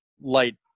light –